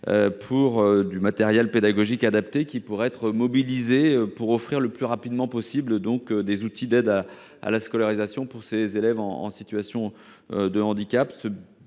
pour le matériel pédagogique adapté que l’on pourrait mobiliser afin d’offrir le plus rapidement possible des outils d’aide à la scolarisation aux élèves en situation de handicap.